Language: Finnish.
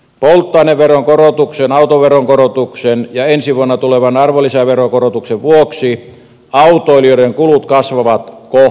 polttoaineveron korotuksen autoveron korotuksen ja ensi vuonna tulevan arvonlisäverokorotuksen vuoksi autoilijoiden kulut kasvavat kohtuuttomasti